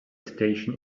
station